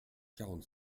quarante